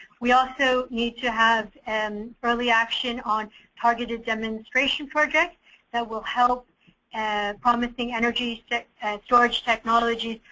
we also need to have and early action on targeted demonstration project that will help and promising energy so and storage technology,